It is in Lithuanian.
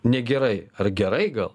negerai ar gerai gal